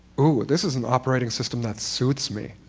ooh, this is an operating system that suits me.